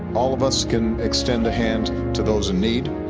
all of us can extend the hand to those in need.